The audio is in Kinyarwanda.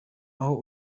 aho